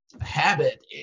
habit